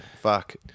fuck